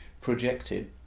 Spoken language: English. projected